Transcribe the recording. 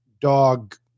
dog